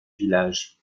village